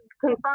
confirm